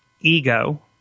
ego